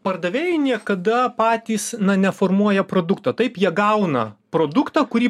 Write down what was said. pardavėjai niekada patys na neformuoja produkto taip jie gauna produktą kurį